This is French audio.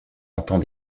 entend